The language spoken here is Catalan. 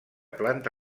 planta